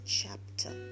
chapter